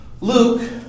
Luke